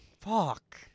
Fuck